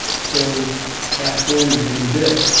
so fast-forwarding a little bit,